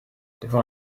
devant